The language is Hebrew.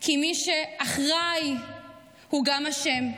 כי מי שאחראי הוא גם אשם.